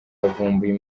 yavumbuye